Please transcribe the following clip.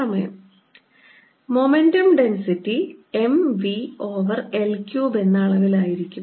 സമയം momentum density M v over L cube എന്ന അളവിൽ ആയിരിക്കും